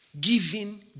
giving